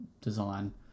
design